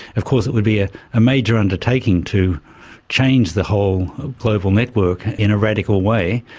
of course it would be ah a major undertaking to change the whole global network in a radical way,